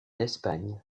espagne